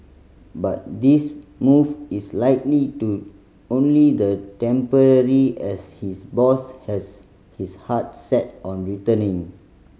but this move is likely to only the temporary as his boss has his heart set on returning